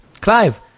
Clive